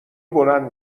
بلند